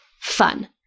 fun